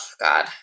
God